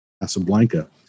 Casablanca